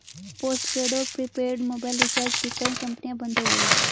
postpaid और prepaid mobile recharge की कई कंपनियां बंद हो गई